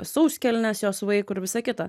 sauskelnes jos vaikui ir visa kita